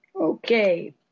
Okay